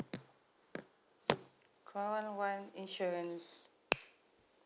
call one insurance